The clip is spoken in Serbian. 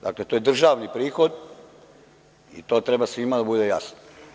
Dakle, to je državni prihod i to treba svima da bude jasno.